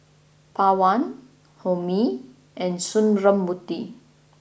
Pawan Homi and Sundramoorthy